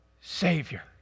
Savior